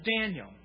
Daniel